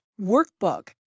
workbook